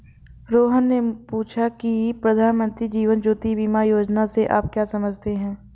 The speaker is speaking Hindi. रोहन ने पूछा की प्रधानमंत्री जीवन ज्योति बीमा योजना से आप क्या समझते हैं?